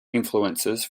influences